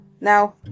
Now